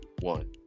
One